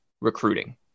recruiting